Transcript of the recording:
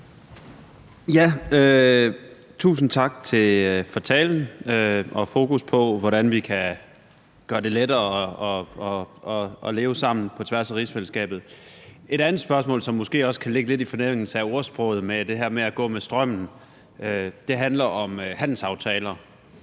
Tusind tak for talen og for fokusset på, hvordan vi kan gøre det lettere at leve sammen på tværs af rigsfællesskabet. Et andet spørgsmål, som måske også kan ligge lidt i forlængelse af ordsproget om at gå med strømmen, handler om handelsaftaler.